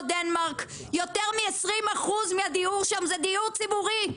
כמו דנמרק יותר מ-20% מהדיור שם הוא דיור ציבורי.